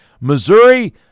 Missouri